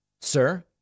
Sir